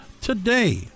Today